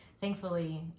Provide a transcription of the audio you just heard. thankfully